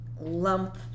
lump